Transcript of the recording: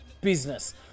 business